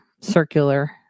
circular